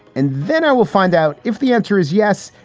and then i will find out if the answer is yes.